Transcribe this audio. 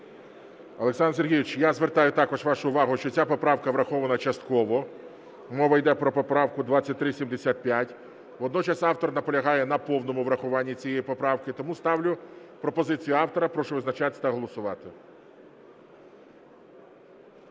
Олександр Сергійович, я звертаю також вашу увагу, що ця поправка врахована частково. Мова йде про поправку 2375. Водночас автор наполягає на повному врахуванні цієї поправки. Тому ставлю пропозицію автора. Прошу визначатись та голосувати.